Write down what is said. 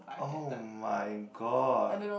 [oh]-my-god